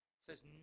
says